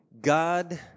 God